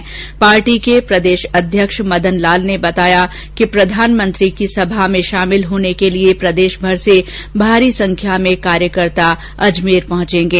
भारतीय जनता पार्टी के प्रदेशाध्यक्ष मदन लाल ने बताया कि प्रधानमंत्री की सभा में शामिल होने के लिए प्रदेशमर से भारी संख्या में कार्यकर्ता अजमेर पहंचेंगे